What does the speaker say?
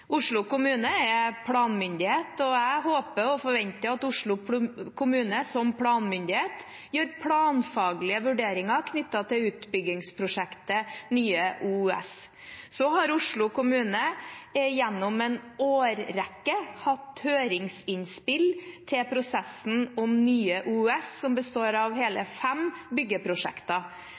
Oslo kommune er planmyndighet, og jeg håper og forventer at Oslo kommune, som planmyndighet, gjør planfaglige vurderinger knyttet til utbyggingsprosjektet Nye OUS. Oslo kommune har gjennom en årrekke hatt høringsinnspill til prosessen om Nye OUS, som består av hele fem byggeprosjekter.